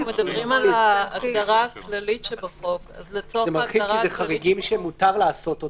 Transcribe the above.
זה מרחיב כי זה חריגים שמותר לעשותם